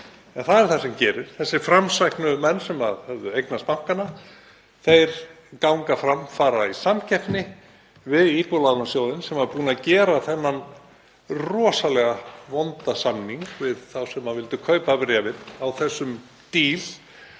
það er það sem gerist. Þessir framsæknu menn sem höfðu eignast bankana ganga fram og fara í samkeppni við Íbúðalánasjóð sem var búinn að gera þennan rosalega vonda samning við þá sem vildu kaupa bréf á þessum díl.